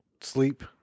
sleep